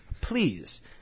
Please